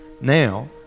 Now